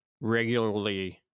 regularly